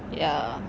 ya